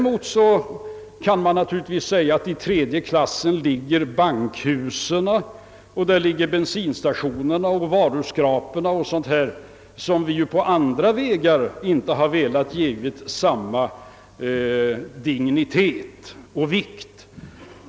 Men man kan säga att i tredje klassen ligger bankhusen, bensinstationerna, varuskraporna och sådant som vi på andra vägar inte har velat ge samma vikt och dignitet.